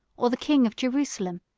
or the king of jerusalem,